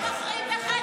אתם בוחרים בחצי העם?